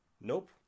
Nope